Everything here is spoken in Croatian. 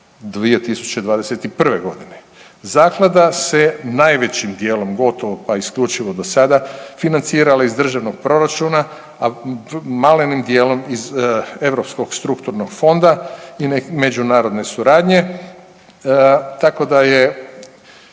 2021.g.. Zaklada se najvećim dijelom, gotovo pa isključivo dosada financirala iz državnog proračuna, a malenim dijelom iz Europskog strukturnog fonda i međunarodne suradnje. Tako da je